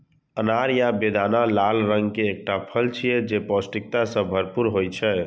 अनार या बेदाना लाल रंग के एकटा फल छियै, जे पौष्टिकता सं भरपूर होइ छै